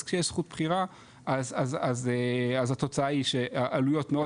אז כשיש זכות בחירה אז התוצאה היא שהעלויות מאוד